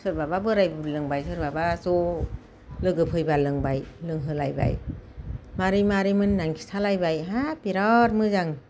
सोरबाबा बोराइ बुरि लोंबाय सोरबाबा ज' लोगो फैबा लोंबाय लोंहोलायबाय मारै मारैमोन खिन्थालायबाय हाब बिराद मोजां